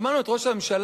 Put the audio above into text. שמענו את ראש הממשלה,